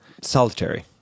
solitary